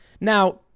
Now